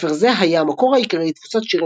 ספר זה היה המקור העיקרי לתפוצת שירי